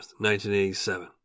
1987